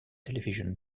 television